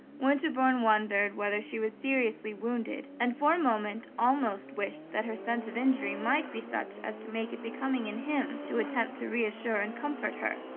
winterbourne wondered whether she was seriously wounded, and for a moment almost wished that her sense of injury might be such as to make it becoming in him to attempt to reassure and comfort her.